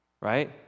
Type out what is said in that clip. right